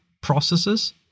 processes